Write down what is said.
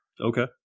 Okay